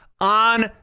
on